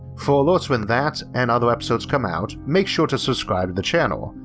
for alerts when that and other episodes come out, make sure to subscribe to the channel,